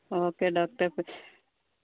okay ഡോക്ടറെ അപ്പോൾ ശരി